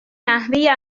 نحوه